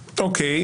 אוקיי.